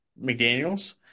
McDaniels